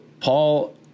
Paul